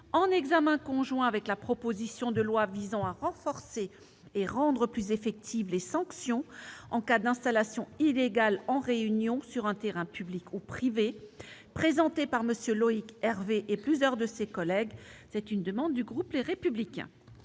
en examen conjoint avec la proposition de loi visant à renforcer et rendre plus effectives les sanctions en cas d'installations illégales en réunion sur un terrain public ou privé, présentée par M. Loïc Hervé et plusieurs de ses collègues. Dans la discussion du texte de la